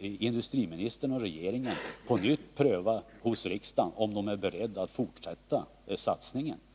industriministern och regeringen, om pengarna inte räcker, på nytt pröva om riksdagen är beredd att fortsätta satsningen.